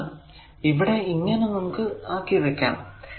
എന്തെന്നാൽ ഇവിടെ ഇങ്ങനെ നമുക്ക് ആക്കി വെക്കാം